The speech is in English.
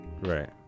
right